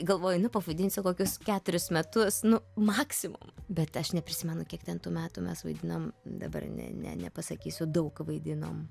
galvoju nu pavadinsiu kokius keturis metus nu maksimum bet aš neprisimenu kiek ten tų metų mes vaidinom dabar ne ne nepasakysiu daug vaidinom